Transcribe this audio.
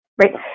right